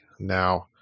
Now